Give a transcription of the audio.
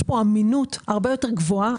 יש כאן אמינות הרבה יותר גבוהה,